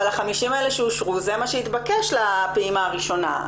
אבל ה-50 מיליון האלה שאושרו זה מה שהתבקש לפעימה הראשונה.